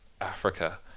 Africa